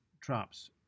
traps